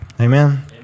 Amen